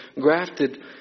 grafted